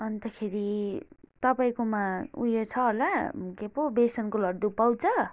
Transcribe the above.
अन्तखेरि तपाईँकोमा उयो छ होला के पो बेसनको लड्डु पाउँछ